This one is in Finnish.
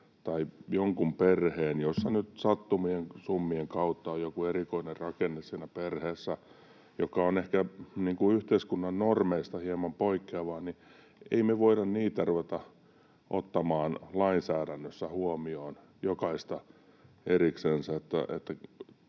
tai jotain perhettä, jossa nyt sattumien summien kautta on joku erikoinen rakenne, joka on ehkä yhteiskunnan normeista hieman poikkeava, voida ruveta ottamaan lainsäädännössä huomioon jokaista eriksensä.